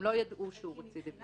הם לא ידעו שהוא רצידיוויסט.